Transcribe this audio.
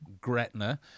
Gretna